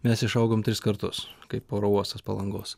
mes išaugom tris kartus kaip oro uostas palangos